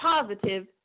positive